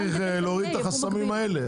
אז גם זה צריך, להוריד את החסמים האלה.